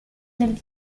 del